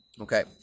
Okay